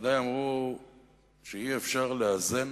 ודאי אמרו שאי-אפשר לאזן